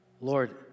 Lord